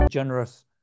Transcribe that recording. generous